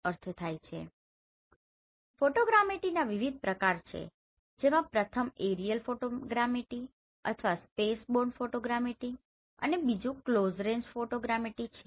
Refer Slide Time 0200 ફોટોગ્રામેટ્રીના વિવિધ પ્રકારો છે જેમાં પ્રથમ એરીયલ ફોટોગ્રામેટ્રી અથવા સ્પેસબોર્ન ફોટોગ્રામેટ્રી અને બીજી ક્લોઝ રેન્જ ફોટોગ્રામેટ્રી છે